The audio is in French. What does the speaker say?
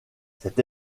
cette